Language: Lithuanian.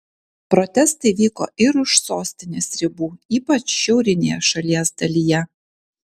protestai vyko ir už sostinės ribų ypač šiaurinėje šalies dalyje